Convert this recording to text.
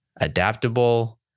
adaptable